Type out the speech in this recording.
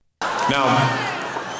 Now